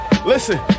Listen